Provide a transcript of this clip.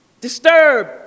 disturb